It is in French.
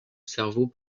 cerveau